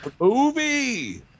movie